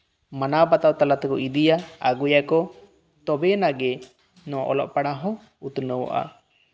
ᱢᱟᱱᱟᱣᱼᱵᱟᱛᱟᱣ ᱛᱟᱞᱮ ᱛᱮᱠᱚ ᱤᱫᱤᱭᱟ ᱠᱚ ᱟᱜᱩᱭᱟᱠᱚ ᱛᱚᱵᱮᱭᱟᱱᱟᱜ ᱜᱮ ᱱᱚᱣᱟ ᱚᱞᱚᱜᱼᱯᱟᱲᱦᱟᱣ ᱦᱚᱸ ᱩᱛᱱᱟᱹᱣᱚᱜᱼᱟ